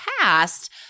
past